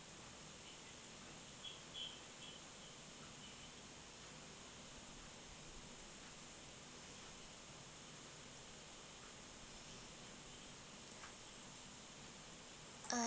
uh